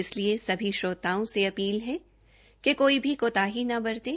इसलिए सभी श्रोताओं से अपील है कि कोई भी कोताही न बरतें